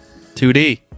2D